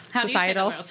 societal